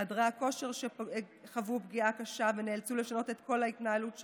חדרי הכושר חוו פגיעה קשה ונאלצו לשנות את כל ההתנהלות שלהם,